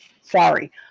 Sorry